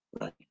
Right